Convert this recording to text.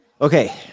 Okay